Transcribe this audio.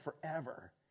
forever